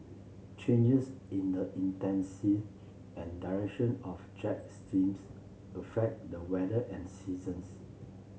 changes in the intensive and direction of jet steams affect the weather and seasons